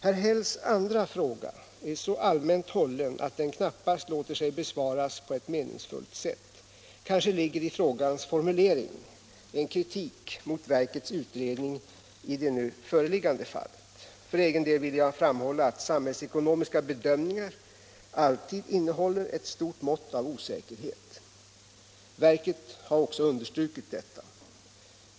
Herr Hälls andra fråga är så allmänt hållen att den knappast låter sig besvaras på ett meningsfullt sätt. Kanske ligger i frågans formulering en kritik mot verkets utredning i det nu föreliggande fallet. För egen del vill jag framhålla att samhällsekonomiska bedömningar alltid innehåller ett stort mått av osäkerhet. Verket har också understrukit detta.